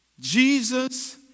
Jesus